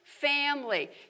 family